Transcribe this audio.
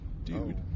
dude